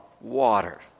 water